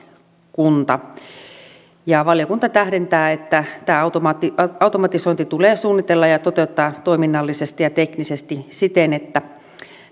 kunta valiokunta tähdentää että tämä automatisointi tulee suunnitella ja toteuttaa toiminnallisesti ja teknisesti siten että